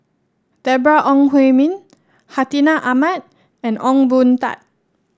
Deborah Ong Hui Min Hartinah Ahmad and Ong Boon Tat